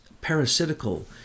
parasitical